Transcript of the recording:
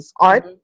art